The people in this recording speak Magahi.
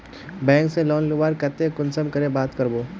बैंक से लोन लुबार केते कुंसम करे बात करबो?